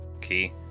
Key